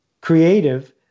creative